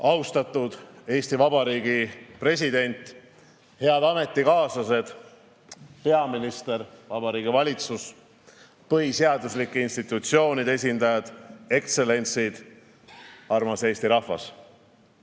Austatud Eesti Vabariigi president! Head ametikaaslased, peaminister, Vabariigi Valitsus, põhiseaduslike institutsioonide esindajad, ekstsellentsid! Armas Eesti rahvas! Sügise